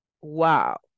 wow